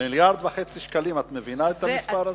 מיליארד וחצי שקלים, את מבינה את המספר הזה?